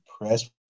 press